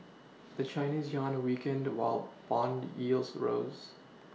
the Chinese yuan weakened the while bond yields rose